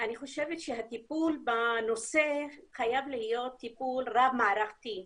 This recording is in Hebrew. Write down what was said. אני חושבת שהטיפול בנושא חייב להיות טיפול רב מערכתי,